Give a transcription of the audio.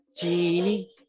Genie